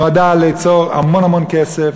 נועדה ליצור המון כסף,